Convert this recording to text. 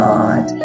God